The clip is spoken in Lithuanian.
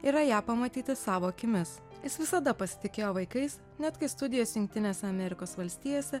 yra ją pamatyti savo akimis jis visada pasitikėjo vaikais net kai studijas jungtinėse amerikos valstijose